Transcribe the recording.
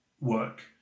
work